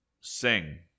sing